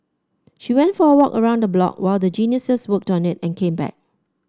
she went for a walk around the block while the geniuses worked on it and came back